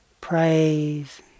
praise